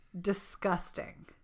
disgusting